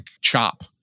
chop